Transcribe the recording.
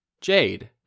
Jade